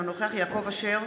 אינו נוכח יעקב אשר,